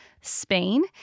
Spain